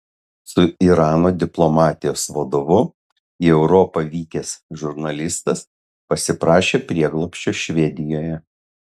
su irano diplomatijos vadovu į europą vykęs žurnalistas pasiprašė prieglobsčio švedijoje